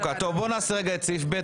בואו נעשה רגע את סעיף ב',